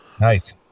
Nice